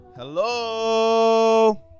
Hello